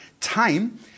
time